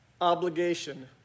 obligation